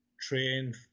train